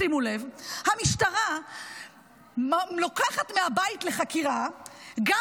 שימו לב: המשטרה לוקחת מהבית לחקירה גם